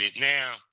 Now